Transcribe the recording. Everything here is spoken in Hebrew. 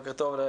בוקר טוב לכולם.